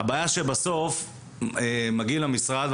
הבעיה שבסוף מגיעים למשרד,